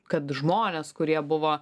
kad žmonės kurie buvo